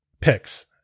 picks